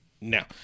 now